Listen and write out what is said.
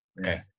Okay